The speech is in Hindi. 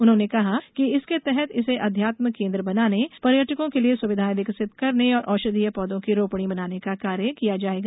उन्होंने कहा कि इसके तहत इसे अध्यात्म केंद्र बनाने पर्यटकों के लिए सुविधाएं विकसित करने और औषधीय पौधों की रोपणी बनाने का कार्य किया जाएगा